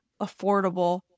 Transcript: affordable